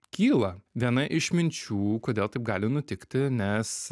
kyla viena iš minčių kodėl taip gali nutikti nes